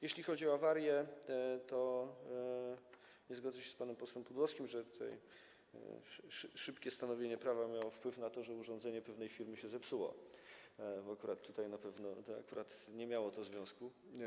Jeśli chodzi o awarie, to nie zgodzę się z panem posłem Pudłowskim, że tutaj szybkie stanowienie prawa miało wpływ na to, że urządzenie pewnej firmy się zepsuło, bo akurat tutaj to na pewno nie miało z tym związku.